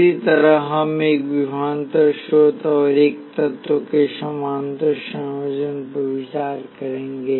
इसी तरह हम एक विभवांतर स्रोत और एक तत्व के समानांतर संयोजन पर विचार करेंगे